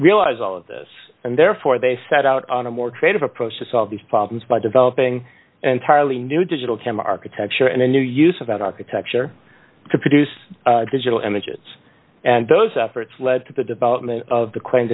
realize all of this and therefore they set out on a more trade approach to solve these problems by developing and charlie new digital cam architecture and then you use about architecture to produce digital images and those efforts led to the development of the quaint